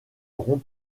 rond